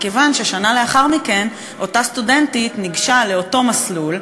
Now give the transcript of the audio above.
מכיוון ששנה לאחר מכן אותה סטודנטית ניגשה לאותו מסלול,